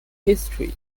history